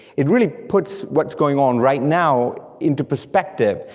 it really puts what's going on right now into perspective,